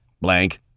Blank